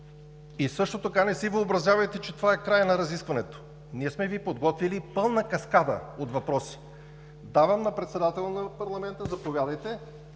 И също така не си въобразявайте, че това е краят на разискването. Ние сме Ви подготвили пълна каскада от въпроси. Давам на председателя на парламента, заповядайте